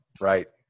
Right